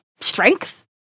strength